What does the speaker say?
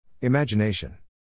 imagination